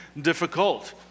difficult